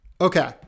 Okay